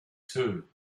two